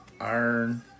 iron